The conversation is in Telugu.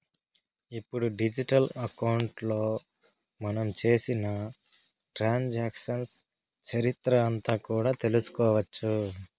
ఇప్పుడు డిజిటల్ అకౌంట్లో మనం చేసిన ట్రాన్సాక్షన్స్ చరిత్ర అంతా కూడా తెలుసుకోవచ్చు